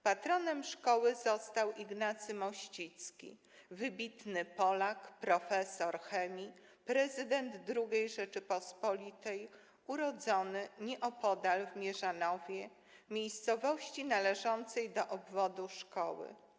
Patronem szkoły został Ignacy Mościcki, wybitny Polak, profesor chemii, prezydent II Rzeczypospolitej, urodzony nieopodal, w Mierzanowie, miejscowości należącej do obwodu szkoły.